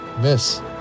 Miss